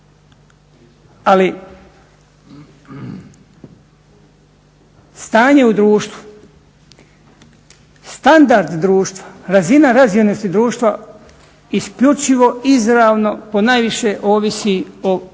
Ali stanje u društvu, standard društva, razina razvijenosti društva isključivo izravno ponajviše ovisi o fiskalnoj